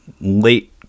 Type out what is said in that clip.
late